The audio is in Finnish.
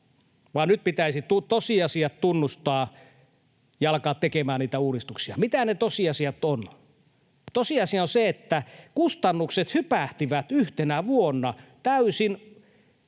vaan nyt pitäisi tosiasiat tunnustaa ja alkaa tekemään niitä uudistuksia. Mitä ne tosiasiat ovat? Tosiasia on se, että kustannukset hypähtivät yhtenä vuonna, täysin